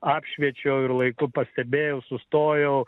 apšviečiau ir laiku pastebėjau sustojau